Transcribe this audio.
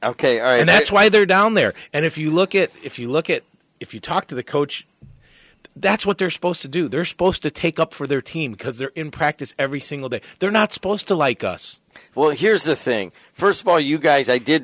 mean that's why they're down there and if you look at it if you look at if you talk to the coach that's what they're supposed to do they're supposed to take up for their team because they're in practice every single day they're not supposed to like us well here's the thing first of all you guys i did